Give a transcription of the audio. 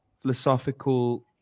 philosophical